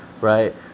right